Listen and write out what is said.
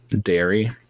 dairy